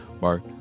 Mark